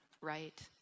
right